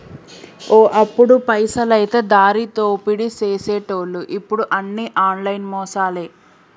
ఓ అప్పుడు పైసలైతే దారిదోపిడీ సేసెటోళ్లు ఇప్పుడు అన్ని ఆన్లైన్ మోసాలే